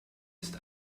ist